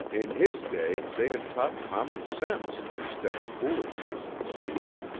in his day they had taught common sense instead of foolishness in school.